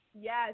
Yes